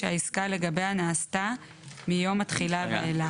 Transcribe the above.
שהעסקה לגביה נעשתה מיום התחילה ואילך.